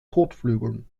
kotflügeln